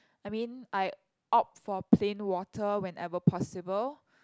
I mean I opt for plain water whenever possible